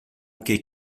que